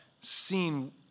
seen